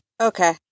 okay